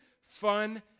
fun